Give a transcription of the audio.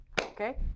okay